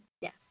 Yes